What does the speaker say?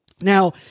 Now